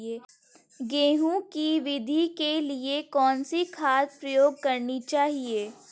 गेहूँ की वृद्धि के लिए कौनसी खाद प्रयोग करनी चाहिए?